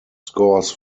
scores